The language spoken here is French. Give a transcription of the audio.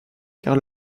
car